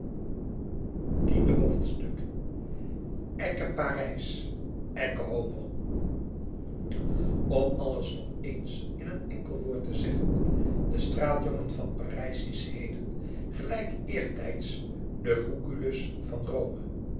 tiende hoofdstuk ecce paris ecce homo om alles nog eens in een enkel woord te zeggen de straatjongen van parijs is heden gelijk eertijds de groeculus van rome